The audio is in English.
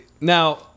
Now